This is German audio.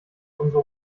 umso